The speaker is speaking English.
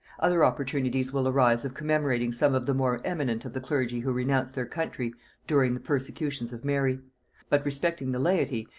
other opportunities will arise of commemorating some of the more eminent of the clergy who renounced their country during the persecutions of mary but respecting the laity,